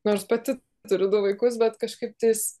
nors pati turiu du vaikus bet kažkaip tais